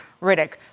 Riddick